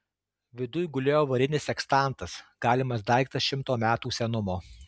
viduj gulėjo varinis sekstantas galimas daiktas šimto metų senumo